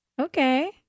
Okay